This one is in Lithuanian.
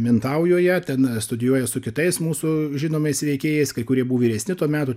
mintaujoje ten studijuoja su kitais mūsų žinomais veikėjais kai kurie bū vyresni to meto